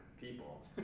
people